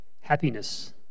happiness